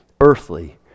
earthly